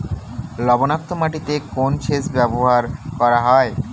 লবণাক্ত মাটিতে কোন সেচ ব্যবহার করা হয়?